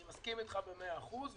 אני מסכים איתך במאה אחוז.